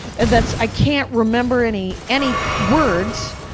and that's, i can't remember any any words.